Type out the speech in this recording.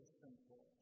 simple